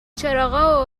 چراغا